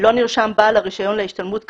לא נרשם בעל הרישיון להשתלמות כאמור,